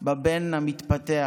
/ בבן המתפתח.